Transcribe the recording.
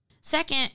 Second